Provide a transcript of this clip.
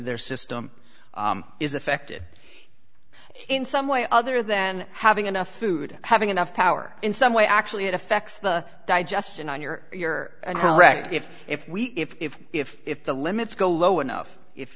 their system is affected in some way other than having enough food having enough power in some way actually it affects the digestion on your you're correct if if we if if if if the limits go low enough if